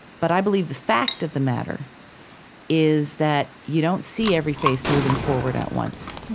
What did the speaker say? but i believe the fact of the matter is that you don't see every face moving forward at once.